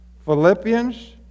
Philippians